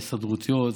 ההסתדרותיות,